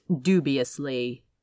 dubiously